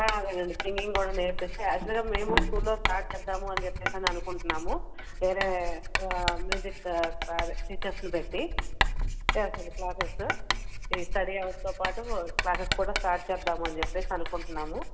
అలాగే అండి సింగింగ్ కూడా నేర్పిస్తే యాక్చువల్గా మేము స్కూల్లో స్టార్ట్ చేద్దాము అని చెప్పి అని అనుకుంటున్నాము వేరే మ్యూజిక్ కాదు టీచర్స్ని పెట్టి ఎస్ అండి క్లాసెస్సు స్టడీ అవర్స్తో పాటు క్లాసెస్ కూడా స్టార్ట్ చేద్దాం అని చెప్పి అనుకుంటున్నాము